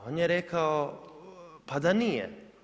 On je rekao pa da nije.